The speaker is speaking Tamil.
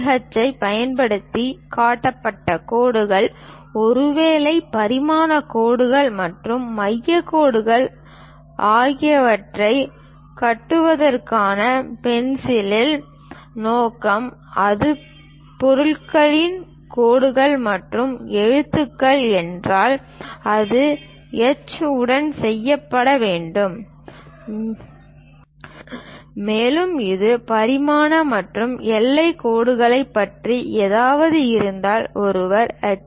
2H ஐப் பயன்படுத்தி கட்டப்பட்ட கோடுகள் ஒருவேளை பரிமாண கோடுகள் மற்றும் மையக் கோடுகள் ஆகியவற்றைக் கட்டுவதற்கான பென்சிலின் நோக்கம் அது பொருள் கோடுகள் மற்றும் எழுத்துக்கள் என்றால் அது எச் உடன் செய்யப்பட வேண்டும் மேலும் இது பரிமாண மற்றும் எல்லைக் கோடுகளைப் பற்றி ஏதாவது இருந்தால் ஒருவர் எச்